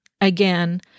Again